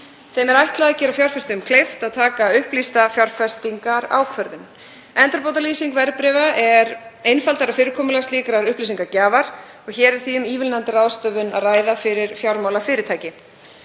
Þeim er ætlað að gera fjárfestum kleift að taka upplýsta fjárfestingarákvörðun. Endurbótalýsing verðbréfa er einfaldaðra fyrirkomulag slíkrar upplýsingagjafar og er hér því um ívilnandi ráðstöfun að ræða fyrir fjármálafyrirtæki.